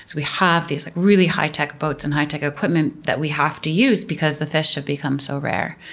we have these like really high-tech boats and high-tech equipment that we have to use because the fish have become so rare.